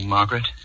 Margaret